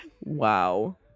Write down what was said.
Wow